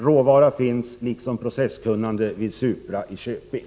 Råvara finns, liksom processkunnande vid Supra i Köping.